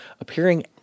Appearing